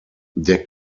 der